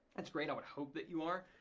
that's great, i would hope that you are.